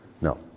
No